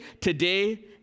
today